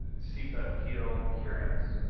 sepa appeal hearings,